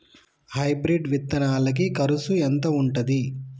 Hybrid విత్తనాలకి కరుసు ఎంత ఉంటది?